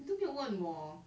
你都没有问我